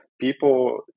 people